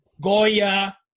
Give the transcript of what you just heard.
Goya